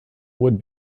would